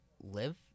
live